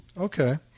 Okay